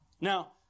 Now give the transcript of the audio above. Now